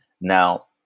Now